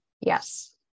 Yes